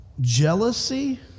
jealousy